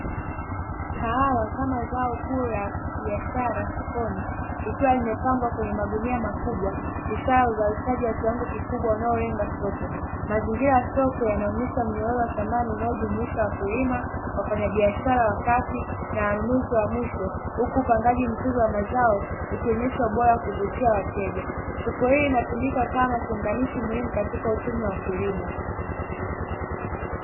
Kahawa kama zao kuu la biashara sokoni. Likiwa limepangwa kwenye magunia makubwa ishara ya uzalishaji wa kiwango kikubwa unaolenga soko. Mazingira ya soko yanaonesha mnyororo wa thamani unaojumuisha wakulima, wafanyabiashara wa kati na wanunuzi wa mwisho, huku upangaji mzuri wa mazao ukionesha ubora wa kuvutia wateja. Soko hili linatumika kama kiunganishi muhimu katika uchumi wa kilimo.